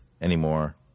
anymore